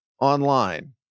online